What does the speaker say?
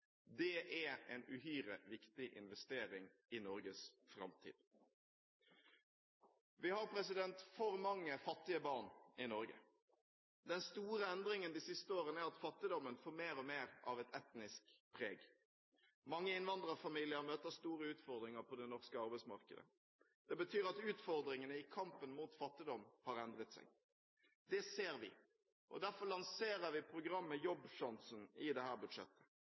Det er en uhyre viktig investering i Norges framtid. Vi har for mange fattige barn i Norge. Den store endringen de siste årene er at fattigdommen mer og mer får et etnisk preg. Mange innvandrerfamilier møter store utfordringer på det norske arbeidsmarkedet. Det betyr at utfordringene i kampen mot fattigdom har endret seg. Det ser vi, og derfor lanserer vi programmet Jobbsjansen i dette budsjettet. Det